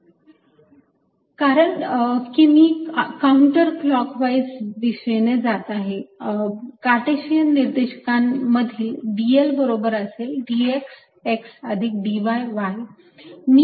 dsdxdyz कारण मी counter clockwise दिशेने जात आहे कार्टेशियन निर्देशांकामधील dl बरोबर असेल dx x अधिक dy y